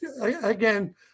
again